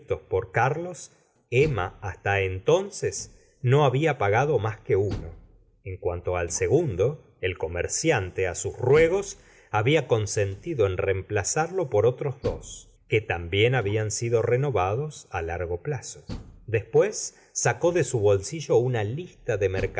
carlos emma hasta entonces no había pagado mis que uno en cuanto al seguno el comerciante á sus ruegos había consentido en reemplazarlo por otros dos que también habían sido renovados ú largo plazo después sacó de su bolsillo una lista de